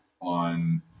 on